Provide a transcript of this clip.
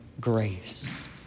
grace